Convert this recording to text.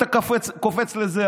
אתה קופץ לזה,